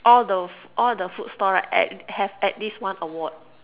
all the f~ all the food store right at have at least one Award